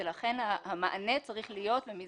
אז מה יראו מחומות ירושלים?